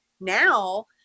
now